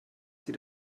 sie